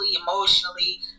emotionally